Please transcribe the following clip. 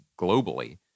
globally